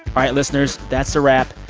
right, listeners, that's a wrap.